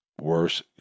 worse